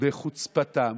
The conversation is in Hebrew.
בחוצפתם